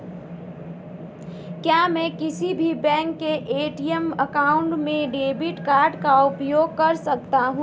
क्या मैं किसी भी बैंक के ए.टी.एम काउंटर में डेबिट कार्ड का उपयोग कर सकता हूं?